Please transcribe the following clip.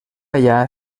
allà